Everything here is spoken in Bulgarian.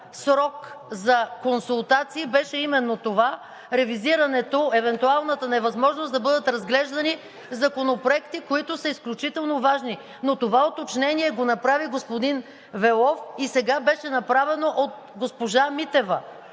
срок за консултации беше именно това – ревизирането, евентуалната невъзможност да бъдат разглеждани законопроекти, които са изключително важни. Това уточнение го направи господин Велов и сега беше направено от госпожа Митева.